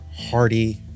hearty